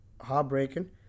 heartbreaking